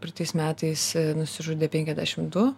praeitais metais nusižudė penkiasdešim du